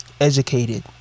educated